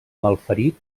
malferit